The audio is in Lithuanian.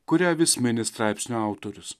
kurią vis mini straipsnio autorius